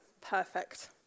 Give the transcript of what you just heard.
Perfect